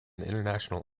international